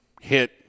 hit –